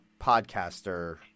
podcaster